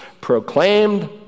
proclaimed